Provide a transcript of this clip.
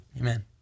Amen